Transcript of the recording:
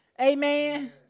Amen